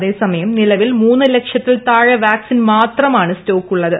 അതേസമയം നിലവിൽ മൂന്ന് ലക്ഷത്തിൽ താഴെ വാക്സീൻ മാത്രമാണ് സ്റ്റോക്ക് ഉള്ളത്